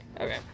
Okay